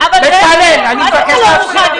אני מבקש להפסיק.